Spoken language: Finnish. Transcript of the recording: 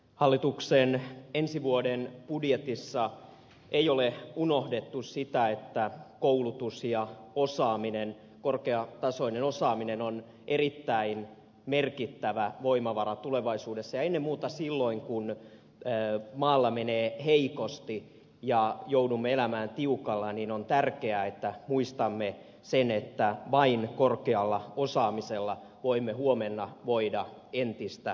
hallituksen ensi vuoden budjetissa ei ole unohdettu sitä että koulutus ja osaaminen korkeatasoinen osaaminen ovat erittäin merkittäviä voimavaroja tulevaisuudessa ja ennen muuta silloin kun maalla menee heikosti ja joudumme elämään tiukalla on tärkeää että muistamme sen että vain korkealla osaamisella voimme huomenna voida entistä paremmin